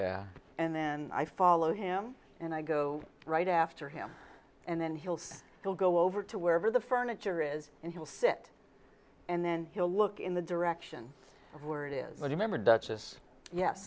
coming and then i follow him and i go right after him and then he'll say he'll go over to wherever the furniture is and he'll sit and then he'll look in the direction of where it is but remember